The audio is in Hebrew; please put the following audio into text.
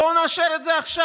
בואו נאשר את זה עכשיו.